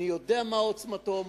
אני יודע מה עוצמתו,